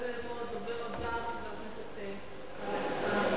הדובר הבא, חבר הכנסת טלב אלסאנע,